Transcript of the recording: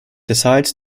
decides